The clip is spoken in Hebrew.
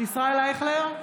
ישראל אייכלר,